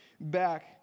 back